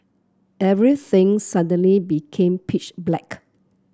everything suddenly became pitch black